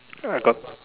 I got